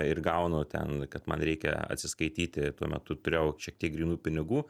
ir gaunu ten kad man reikia atsiskaityti tuo metu turėjau šiek tiek grynų pinigų